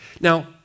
Now